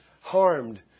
harmed